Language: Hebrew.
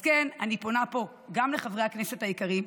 אז כן, אני פונה פה גם לחברי הכנסת היקרים,